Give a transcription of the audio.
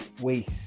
waste